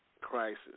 crisis